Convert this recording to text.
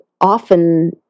often